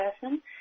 person